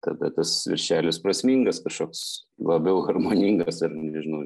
tada tas viršelis prasmingas kažkoks labiau harmoningas ar nežinau